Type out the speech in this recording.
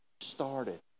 started